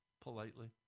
politely